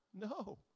No